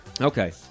Okay